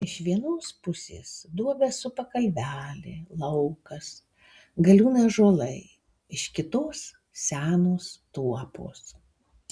iš vienos pusės duobę supa kalvelė laukas galiūnai ąžuolai iš kitos senos tuopos